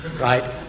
Right